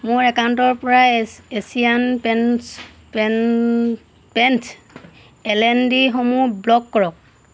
মোৰ একাউণ্টৰপৰা Asian Paints L N ডিসমূহ ব্লক কৰক